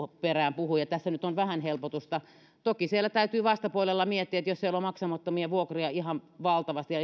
perään puhui niin tässä nyt on vähän helpotusta toki täytyy vastapuolella miettiä että jos siellä on maksamattomia vuokria ihan valtavasti ja